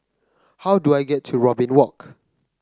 how do I get to Robin Walk